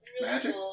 magic